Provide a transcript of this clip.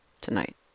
tonight